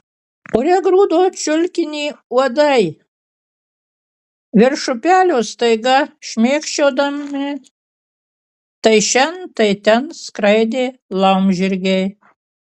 ore grūdo čiulkinį uodai virš upelio staiga šmėkščiodami tai šen tai ten skraidė laumžirgiai